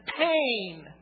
pain